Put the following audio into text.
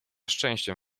szczęściem